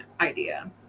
idea